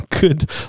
good